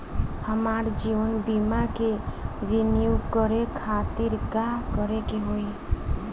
हमार जीवन बीमा के रिन्यू करे खातिर का करे के होई?